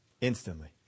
Instantly